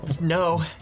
no